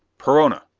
perona!